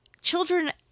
children